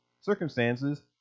circumstances